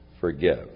forgive